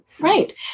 Right